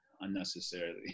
unnecessarily